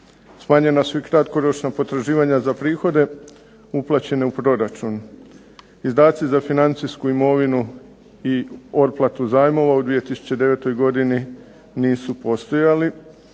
Smanjena su i kratkoročna potraživanja za prihode uplaćene u proračun. Izdaci za financijsku imovinu i otplatu zajmova u 2009. godini nisu postojali,